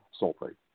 sulfate